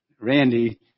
Randy